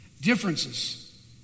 Differences